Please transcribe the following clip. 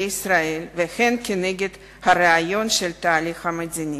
ישראל והן כנגד הרעיון של התהליך המדיני,